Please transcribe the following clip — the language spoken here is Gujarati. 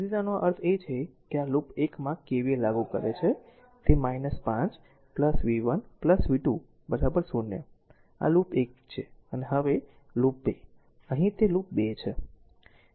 તેથી તેનો અર્થ છે કે આ r લૂપ 1 માં KVL લાગુ કરે છે તે 5 v 1 v 2 0 છે આ લૂપ 1 છે હવે અને લૂપ 2 હવે અહીં તે લૂપ 2 છે